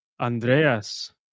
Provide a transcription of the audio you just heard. Andreas